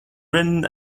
written